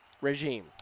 regime